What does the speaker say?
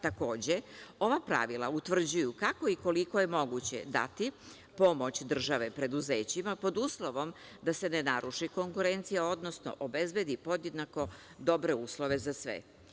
Takođe, ova pravila utvrđuju kako i koliko je moguće dati pomoć države preduzećima, pod uslovom da se ne naruši konkurencija, odnosno obezbedi podjednako dobre uslove za sve.